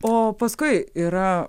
o paskui yra